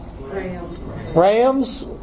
Rams